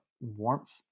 warmth